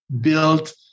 built